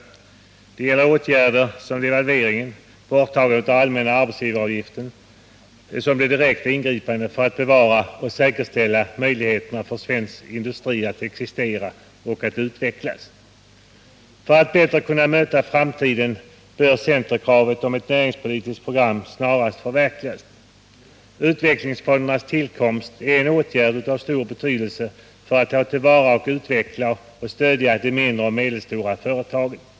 Detta gäller såväl åtgärderna devalvering och borttagande av allmänna arbetsgivaravgifter som det direkta ingripandet för att bevara och säkerställa möjligheterna för svensk industri att existera och utvecklas. För att vi bättre skall kunna möta framtiden bör centerkravet på ett näringspolitiskt program snarast förverkligas. Utvecklingsfondens tillkomst är en åtgärd av stor betydelse för att ta till vara, utveckla och stödja de mindre och medelstora företagen.